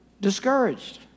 discouraged